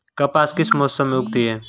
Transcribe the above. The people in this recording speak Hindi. कपास किस मौसम में उगती है?